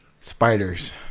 spiders